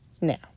Now